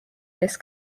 this